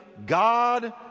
God